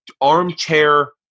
armchair